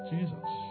Jesus